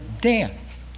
death